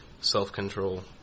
self-control